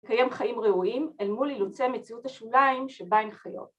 ‫לקיים חיים ראויים אל מול אילוצי ‫מציאות השוליים שבה הן חיות.